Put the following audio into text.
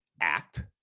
act